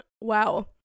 Wow